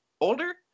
older